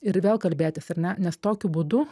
ir vėl kalbėtis ar ne nes tokiu būdu